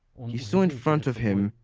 he saw in front of him,